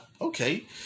Okay